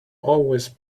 always